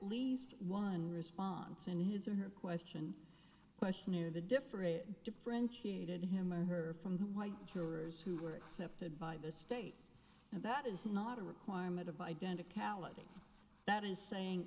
least one response in his or her question questionnaire the different differentiated him or her from the white jurors who were accepted by the state and that is not a requirement of identical ality that is saying